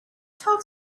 told